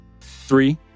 three